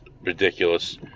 ridiculous